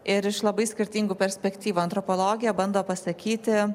ir iš labai skirtingų perspektyvų antropologija bando pasakyti